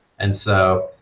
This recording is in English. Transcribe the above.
and so,